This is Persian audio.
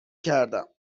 کردم